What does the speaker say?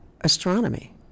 astronomy